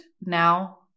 Now